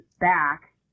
back